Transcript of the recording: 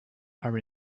are